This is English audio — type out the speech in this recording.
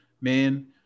man